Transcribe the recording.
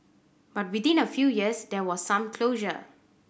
but within a few years there was some closure